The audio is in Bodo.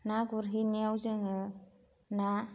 ना गुरहैनायाव जोङो ना